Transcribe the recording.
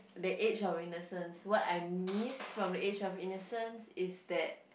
the age of innocence what I miss from the age of innocence is that